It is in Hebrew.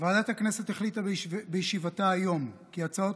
ועדת הכנסת החליטה בישיבתה היום כי הצעות